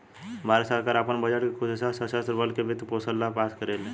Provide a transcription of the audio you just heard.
भारत सरकार आपन बजट के कुछ हिस्सा सशस्त्र बल के वित्त पोषण ला पास करेले